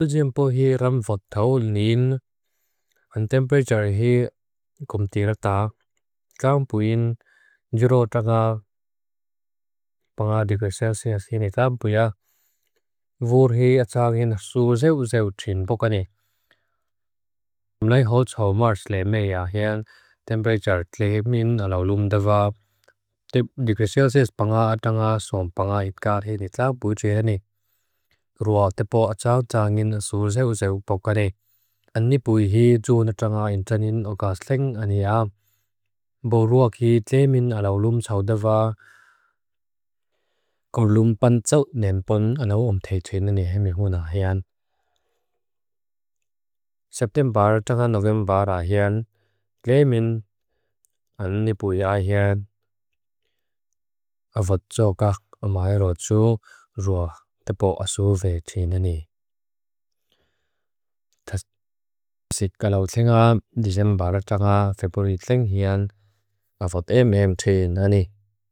Sujimpo hi ram phod thaw nin, an temperature hi gomti rata, kaun puin zero tanga. panch degree celsias hini tabu ya, vuur hi ataagin suzeu-zeu tin pokani. Mlai hotsaw mars le mea hian, temperature kli min alaulum dava, tip zero point panch degree celcias ataanga son zero point panch degree celsias hini tabu jene. Rua tepo ataagin suzeu-zeu pokani. An ni pui hi tunatanga in tanin oga sling ani a. Bo ruak hi kli min alaulum thaw dava, gomlum panchok nenpon anu omtei tinani hemi huna hian. September tanga November a hian, kli min anu ni pui a hian, a phod tsokak omairotsu ruak tepo asuve tinani. Sikalau tinga December tanga February ting hian, a phod emem tinani.